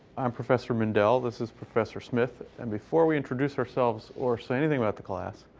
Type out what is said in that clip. i'm professor mindell. this is professor smith. and before we introduce ourselves or say anything about the class,